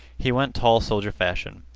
he went tall soldier fashion.